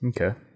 Okay